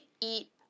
eat